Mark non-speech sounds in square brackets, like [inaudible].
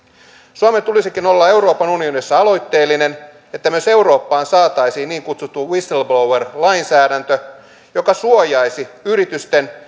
suomen tulisikin olla euroopan unionissa aloitteellinen että myös eurooppaan saataisiin niin kutsuttu whistleblower lainsäädäntö joka suojaisi yritysten [unintelligible]